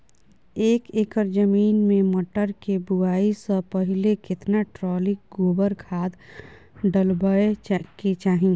एक एकर जमीन में मटर के बुआई स पहिले केतना ट्रॉली गोबर खाद डालबै के चाही?